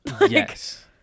yes